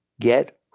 Get